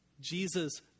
Jesus